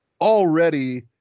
already